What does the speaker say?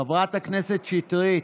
חברת הכנסת שטרית.